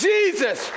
Jesus